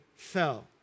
fell